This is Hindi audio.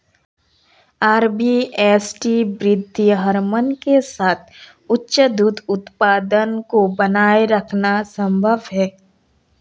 आर.बी.एस.टी वृद्धि हार्मोन के साथ उच्च दूध उत्पादन को बनाए रखना संभव है